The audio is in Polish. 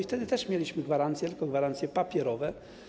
Wtedy też mieliśmy gwarancje, tylko gwarancje papierowe.